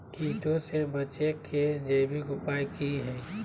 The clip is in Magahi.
कीटों से बचे के जैविक उपाय की हैय?